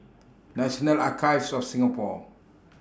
National Archives of Singapore